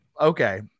Okay